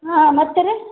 ಹಾಂ ಮತ್ತು ರೀ